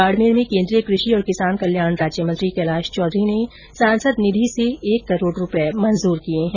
बाडमेर में केन्द्रीय कृषि और किसान कल्याण राज्यमंत्री कैलाश चौधरी ने सांसद निधि से एक करोड रूपये मंजूर किये है